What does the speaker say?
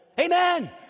Amen